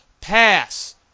pass